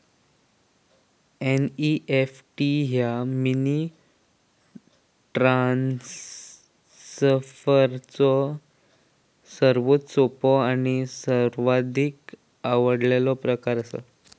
NEFT ह्या money ट्रान्सफरचो सर्वात सोपो आणि सर्वाधिक आवडलेलो प्रकार असा